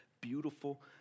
beautiful